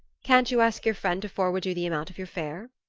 can't you ask your friend to forward you the amount of your fare?